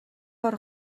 бор